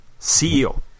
CEO